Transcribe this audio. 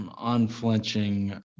unflinching